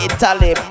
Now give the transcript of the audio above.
Italy